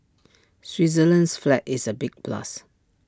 Switzerland's flag is A big plus